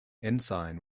ensign